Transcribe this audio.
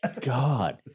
God